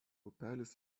upelis